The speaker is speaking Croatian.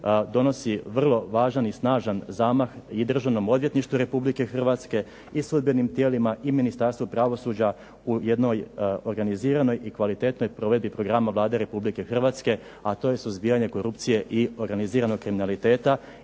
donosi vrlo važan i snažan zamah i Državnom odvjetništvu Republike Hrvatske i sudbenim tijelima i Ministarstvu pravosuđa u jednoj organiziranoj i kvalitetnoj provedbi programa Vlade Republika Hrvatske, a to je suzbijanje korupcije i organiziranog kriminaliteta